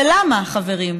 ולמה, חברים?